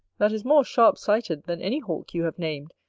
that is more sharp-sighted than any hawk you have named,